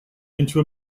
into